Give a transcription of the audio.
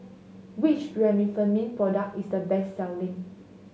which Remifemin product is the best selling